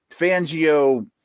Fangio